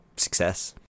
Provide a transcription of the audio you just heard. Success